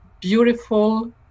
beautiful